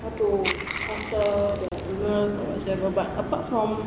how to counter the illness or whatsoever but apart from